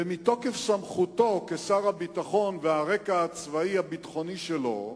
ומתוקף סמכותו כשר הביטחון והרקע הצבאי הביטחוני שלו,